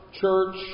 church